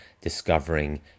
discovering